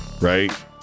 right